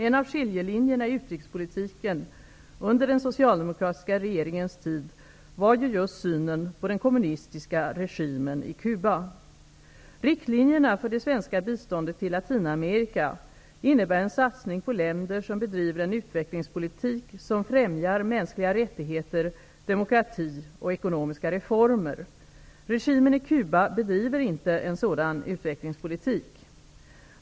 En av skiljelinjerna i utrikespolitiken under den socialdemokratiska regeringens tid var ju just synen på den kommunistiska regimen i Latinamerika innebär en satsning på länder som bedriver en utvecklingspolitik som främjar mänskliga rättigheter, demokrati och ekonomiska reformer. Regimen i Cuba bedriver inte en sådan utvecklingspolitik.